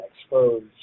exposed